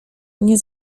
nie